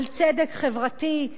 על צדק חברתי,